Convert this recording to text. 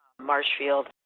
Marshfield